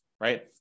right